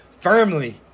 firmly